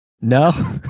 No